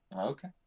okay